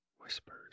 whispers